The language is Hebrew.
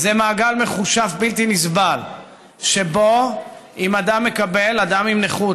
זה מעגל מכושף בלתי נסבל שבו אם אדם עם נכות